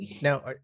Now